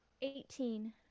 Eighteen